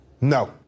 no